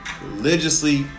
religiously